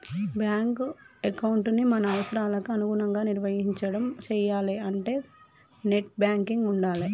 bank ఎకౌంటుని మన అవసరాలకి అనుగుణంగా నిర్వహించడం చెయ్యాలే అంటే నెట్ బ్యాంకింగ్ ఉండాలే